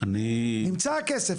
נמצא הכסף,